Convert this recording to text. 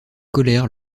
colère